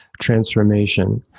transformation